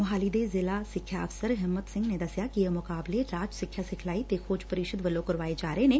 ਮੁਹਾਲੀ ਦੇ ਜ਼ਿਲ੍ਹਾ ਸਿੱਖਿਆ ਅਫ਼ਸਰ ਹਿੰਮਤ ਸਿੰਘ ਨੇ ਦਸਿਆ ਕਿ ਇਹ ਮੁਕਾਬਲੇ ਰਾਜ ਸਿੱਖਿਆ ਸਿਖਲਾਈ ਤੇ ਖੋਜ ਪ੍ਰੀਸ਼ਦ ਵੱਲੋਂ ਕਰਵਾਏ ਜਾ ਰਹੇ ਨੇ